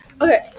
Okay